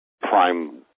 prime